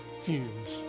fumes